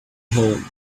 home